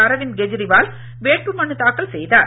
அரவிந்த் கேஜ்ரிவால் வேட்புமனுத்தாக்கல் செய்தார்